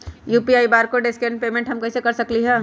UPI barcode scan payment हम कईसे कर सकली ह?